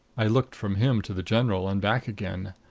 i looked from him to the general and back again.